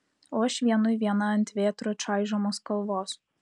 o aš vienui viena ant vėtrų čaižomos kalvos